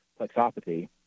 plexopathy